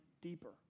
deeper